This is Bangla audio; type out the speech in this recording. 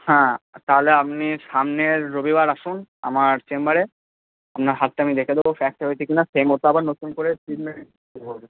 হ্যাঁ তাহলে আপনি সামনের রবিবার আসুন আমার চেম্বারে আপনার হাতটা আমি দেখে দেবো ফ্র্যাকচার হয়েছে কিনা সেই মতো আবার নতুন করে ট্রিটমেন্ট